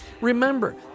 remember